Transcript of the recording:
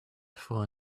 for